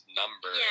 number